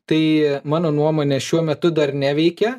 tai mano nuomone šiuo metu dar neveikia